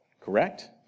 Correct